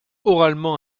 oralement